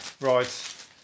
right